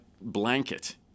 blanket